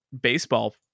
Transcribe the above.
baseball